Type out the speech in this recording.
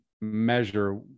measure